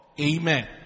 Amen